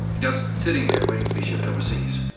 just sitting there waiting to be shipped overseas.